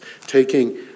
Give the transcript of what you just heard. taking